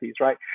right